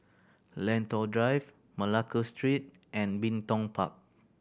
Lentor Drive Malacca Street and Bin Tong Park